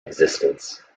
existence